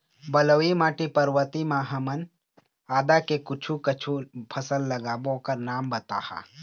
बलुई माटी पर्वतीय म ह हमन आदा के कुछू कछु फसल लगाबो ओकर नाम बताहा?